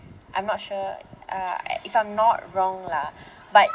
I'm not sure uh if I'm not wrong lah but